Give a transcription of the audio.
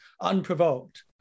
unprovoked